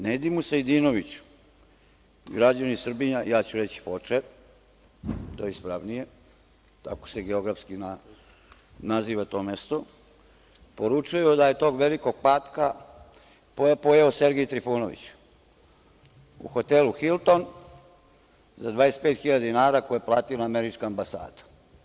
Nedimu Sejdinoviću građani Srbinja, ja ću reći Foče, to je ispravnije, tako se geografski naziva to mesto, poručuju da je to „velikog patka“ pojeo Sergej Trifunović u hotelu „Hilton“ za 25.000 dinara, koji je platila Ambasada SAD.